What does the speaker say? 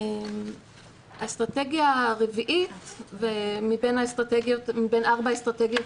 האסטרטגיה הרביעית מבין ארבעת האסטרטגיות